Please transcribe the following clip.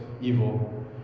evil